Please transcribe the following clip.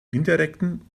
indirekten